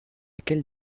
quelle